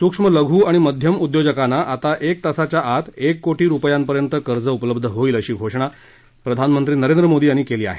सुक्ष्म लघू आणि मध्यम उद्योजकांना आता एक तासाच्या आत एक कोटी रुपयांपर्यंत कर्ज उपलब्ध होईल अशी घोषणा प्रधानमंत्री नरेंद्र मोदी यांनी केली आहे